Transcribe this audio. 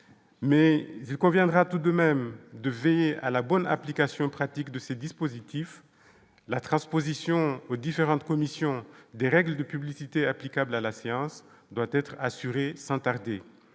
mais il conviendra tout de même de veiller à la bonne application pratique de ces dispositifs, la transposition aux différentes commissions des règles de publicité applicable à la science doit être assurée sans tarder,